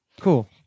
cool